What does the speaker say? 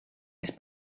its